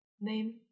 name